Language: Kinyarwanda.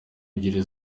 ebyiri